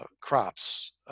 crops